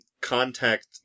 contact